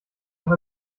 auch